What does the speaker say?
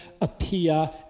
appear